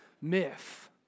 myth